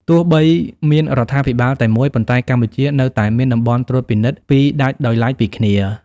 ទោះបីមានរដ្ឋាភិបាលតែមួយ ប៉ុន្តែកម្ពុជានៅតែមានតំបន់ត្រួតពិនិត្យពីរដាច់ដោយឡែកពីគ្នា។